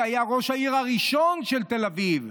שהיה ראש העיר הראשון של תל אביב,